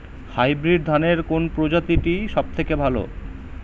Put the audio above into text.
Hybrid ধানের কোন প্রজীতিটি সবথেকে ভালো?